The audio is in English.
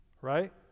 right